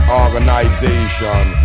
organization